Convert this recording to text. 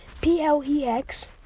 P-L-E-X